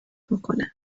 میکنه